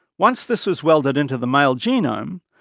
once this was welded into the male genome,